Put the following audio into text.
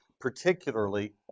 particularly